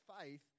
faith